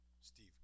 Steve